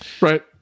Right